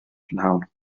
prynhawn